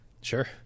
sure